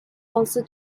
also